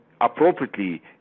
appropriately